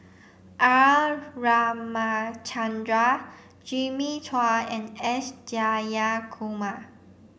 R Ramachandran Jimmy Chua and S Jayakumar